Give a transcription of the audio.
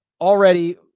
already